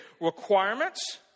Requirements